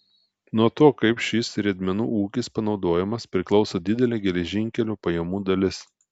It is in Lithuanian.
nuo to kaip šis riedmenų ūkis panaudojamas priklauso didelė geležinkelio pajamų dalis